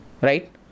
Right